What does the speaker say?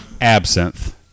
Absinthe